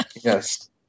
Yes